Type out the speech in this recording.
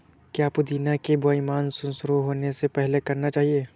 क्या पुदीना की बुवाई मानसून शुरू होने से पहले करना चाहिए?